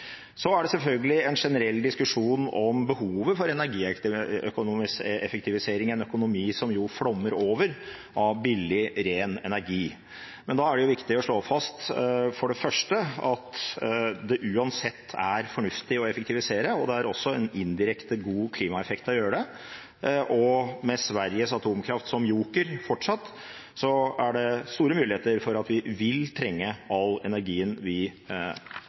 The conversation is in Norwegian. er selvfølgelig en generell diskusjon om behovet for energieffektivisering i en økonomi som flommer over av billig ren energi. Da er det for det første viktig å slå fast at det uansett er fornuftig å effektivisere. Det er også en indirekte god klimaeffekt av å gjøre det. Med Sveriges atomkraft som joker – fortsatt – er det store muligheter for at vi vil trenge all energien vi